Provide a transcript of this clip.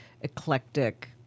eclectic